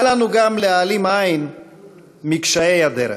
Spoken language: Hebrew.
אל לנו להעלים עין גם מקשיי הדרך,